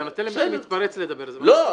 אתה נותן לאנשים להתפרץ לדבר --- לא,